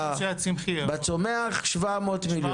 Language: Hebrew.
בצומח 700 מיליון.